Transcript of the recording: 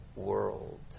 world